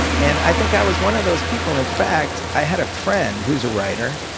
and i think i was one of those people. in fact, i had a friend who is a writer,